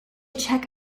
check